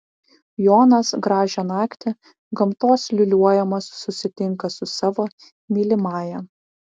jonas gražią naktį gamtos liūliuojamas susitinka su savo mylimąja